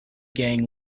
gang